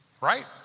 Right